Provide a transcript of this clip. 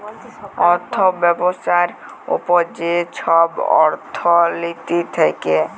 অথ্থ ব্যবস্থার উপর যে ছব অথ্থলিতি থ্যাকে